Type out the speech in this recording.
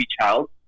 child